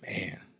man